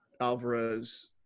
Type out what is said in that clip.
alvarez